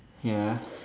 ya